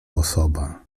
osoba